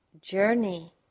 journey